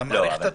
מאריכים אותה.